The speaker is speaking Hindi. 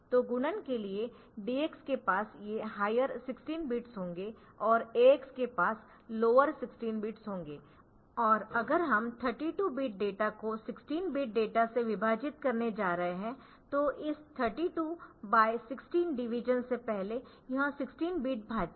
तो गुणन के लिए DX के पास ये हायर 16 बिट्स होंगेऔर AX के पास लोअर 16 बिट्स होंगे और अगर हम 32 बिट डेटा को 16 बिट डेटा से विभाजित करने जा रहे हैतो इस 32 16 डिवीजन से पहले यह 16 बिट भाज्य